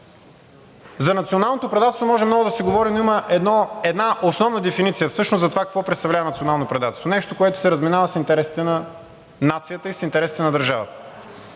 За националното предателство може много да се говори, но има една основна дефиниция всъщност за това какво представлява национално предателство – нещо, което се разминава с интересите на нацията и с интересите на държавата.